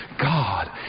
God